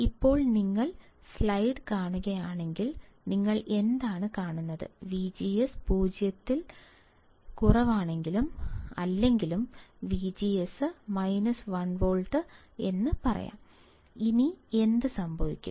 ഇപ്പോൾ നിങ്ങൾ സ്ലൈഡ് കാണുകയാണെങ്കിൽ നിങ്ങൾ എന്താണ് കാണുന്നത് വിജിഎസ് 0 ൽ കുറവാണെങ്കിൽ അല്ലെങ്കിൽ വിജിഎസ് 1 വോൾട്ട് എന്ന് പറയാം ഇനി എന്ത് സംഭവിക്കും